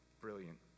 brilliant